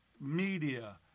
media